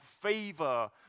favor